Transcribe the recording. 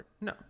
No